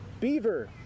Beaver